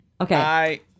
okay